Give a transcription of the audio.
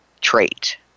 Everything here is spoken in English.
trait